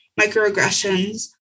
microaggressions